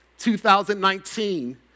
2019